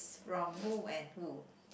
from who and who